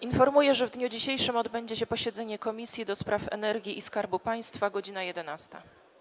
Informuję, że w dniu dzisiejszym odbędzie się posiedzenie Komisji do Spraw Energii i Skarbu Państwa - godz. 11.